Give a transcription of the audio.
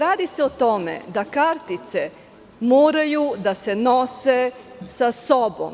Radi se o tome da kartice moraju da se nose sa sobom.